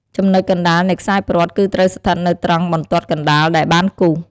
ចំណុចកណ្ដាលនៃខ្សែព្រ័ត្រគឺត្រូវស្ថិតនៅត្រង់បន្ទាត់កណ្ដាលដែលបានគូស។